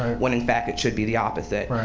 when, in fact, it should be the opposite.